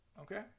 Okay